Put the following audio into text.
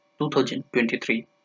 2023